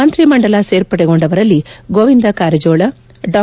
ಮಂತ್ರಿಮಂಡಲ ಸೇರ್ಪಡೆಗೊಂಡವರಲ್ಲಿ ಗೋವಿಂದ ಕಾರಜೋಳ ಡಾ